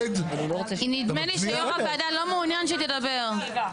נדמה לי שיו"ר הוועדה לא מעוניין שהיא תדבר.